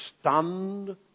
stunned